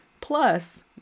plus